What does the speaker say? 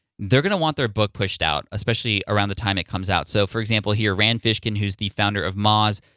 they're gonna want their book pushed out, especially around the time it comes out. so for example here, rand fishkin, who's the founder of moz,